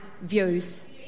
views